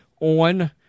on